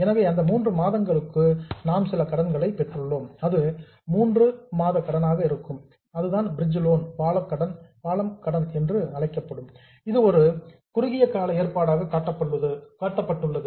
எனவே அந்த மூன்று மாதங்களுக்கு நாம் சில கடன்களை பெற்றுள்ளோம் அது 3 மூன்று மாத கடனாக இருக்கும் பிரிட்ஜ் லோன் பாலம் கடன் ஆகும் இது ஒரு சார்ட் டெர்ம் புரோவிஷன் குறுகிய கால ஏற்பாடாக காட்டப்பட்டுள்ளது